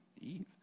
Eve